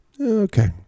Okay